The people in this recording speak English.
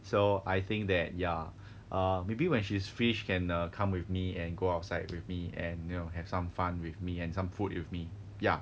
so I think that ya err maybe when she's free can uh come with me and go outside with me and you know have some fun with me and some food with me ya